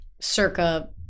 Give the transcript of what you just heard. circa